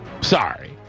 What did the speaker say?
Sorry